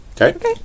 Okay